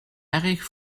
erg